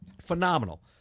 Phenomenal